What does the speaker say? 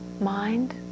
mind